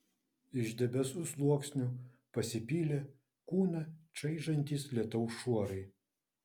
iš debesų sluoksnių pasipylė kūną čaižantys lietaus šuorai